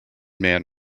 man